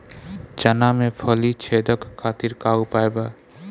चना में फली छेदक खातिर का उपाय बा?